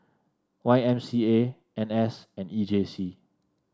Y M C A N S and E J C